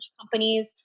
companies